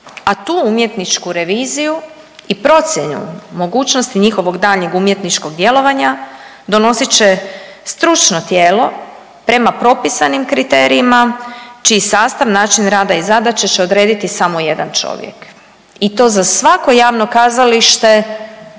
A tu umjetničku reviziju i procjenu mogućnosti njihovog daljnjeg umjetničkog djelovanja donosit će stručno tijelo prema propisanim kriterijima čiji sastav, način rada i zadaće će odrediti samo jedan čovjek i to za svako javno kazalište